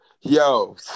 Yo